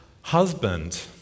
husband